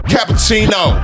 Cappuccino